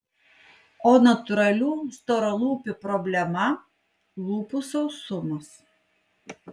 o natūralių storalūpių problema lūpų sausumas